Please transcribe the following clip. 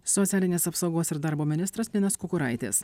socialinės apsaugos ir darbo ministras linas kukuraitis